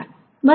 right